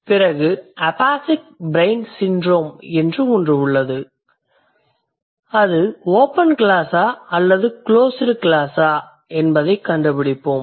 பிறகு aphasic brain syndrome என்று ஒன்று உள்ளது அவை ஓபன் க்ளாஸ் ஆ அல்லது க்ளோஸ்டு க்ளாஸ் ஆ என்பதைக் கண்டுபிடிப்போம்